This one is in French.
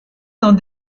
dans